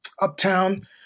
Uptown